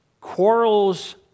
quarrels